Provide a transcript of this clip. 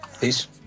Peace